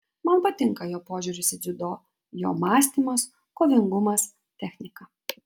man patinka jo požiūris į dziudo jo mąstymas kovingumas technika